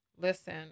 listen